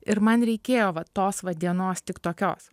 ir man reikėjo va tos va dienos tik tokios